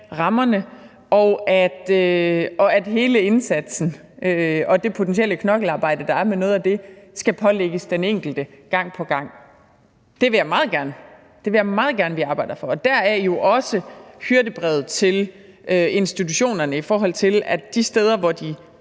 rammerne, og at hele indsatsen og det potentielle knokkelarbejde, der er med noget af det, ikke skal pålægges den enkelte gang på gang. Det vil jeg meget gerne at vi arbejder for, og deraf jo også hyrdebrevet til institutionerne i forhold til at de de steder, hvor de